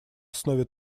основе